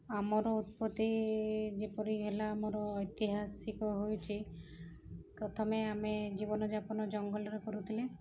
ଆମର ଉତ୍ପତ୍ତି ଯେପରି ହେଲା ଆମର ଐତିହାସିକ ହେଉଛି ପ୍ରଥମେ ଆମେ ଜୀବନଯାପନ ଜଙ୍ଗଲରେ କରୁଥିଲେ